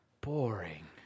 boring